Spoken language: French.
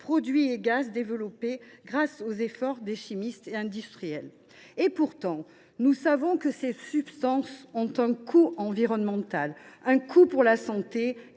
produits et de gaz développés grâce aux efforts des chimistes et des industriels. Pourtant, nous savons que ces substances ont un coût environnemental, un coût pour la santé